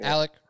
Alec